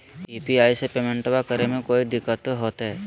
UPI से पेमेंटबा करे मे कोइ दिकतो होते?